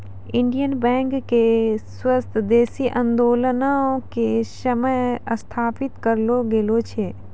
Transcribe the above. Indian bank के स्वदेशी आन्दोलनो के समय स्थापित करलो गेलो छै